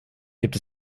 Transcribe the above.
gibt